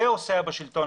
כאוס מוחלט.